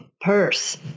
purse